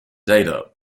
data